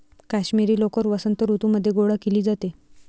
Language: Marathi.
काश्मिरी लोकर वसंत ऋतूमध्ये गोळा केली जाते